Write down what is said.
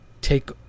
take